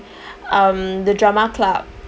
um the drama club